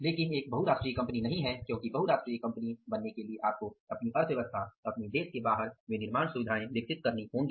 लेकिन एक बहुराष्ट्रीय कंपनी नहीं है क्योंकि बहुराष्ट्रीय कंपनी बनने के लिए आपको अपनी अर्थव्यवस्था अपने देश के बाहर विनिर्माण सुविधा विकसित करनी होगी